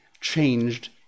changed